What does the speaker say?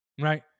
right